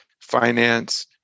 finance